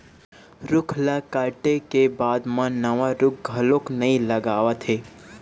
रूख ल काटे के बाद म नवा रूख घलोक नइ लगावत हे